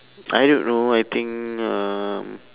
I don't know I think um